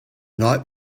night